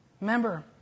Remember